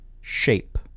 shape